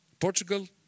Portugal